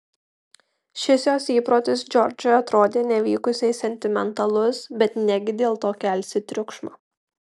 šis jos įprotis džordžui atrodė nevykusiai sentimentalus bet negi dėl to kelsi triukšmą